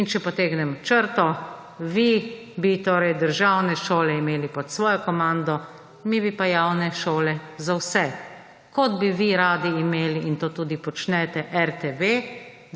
In če potegnem črto, vi bi torej državne šole imeli pod svojo komando, mi bi pa javne šole za vse. Kot bi vi radi imeli in to tudi počnete RTV